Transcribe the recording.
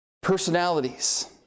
personalities